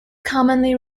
commonly